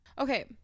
okay